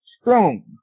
Strong